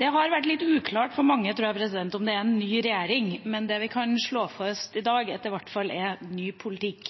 Det har vært litt uklart for mange om det er en ny regjering, men det vi kan slå fast i dag, er at det i hvert fall er en ny politikk.